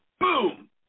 Boom